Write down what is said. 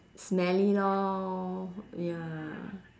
smelly lor ya